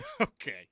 Okay